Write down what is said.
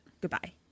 Goodbye